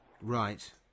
Right